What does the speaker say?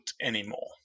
anymore